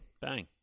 Bang